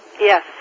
Yes